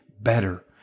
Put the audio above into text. better